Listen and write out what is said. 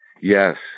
Yes